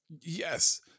Yes